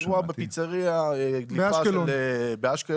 אירוע בפיצרייה באשקלון,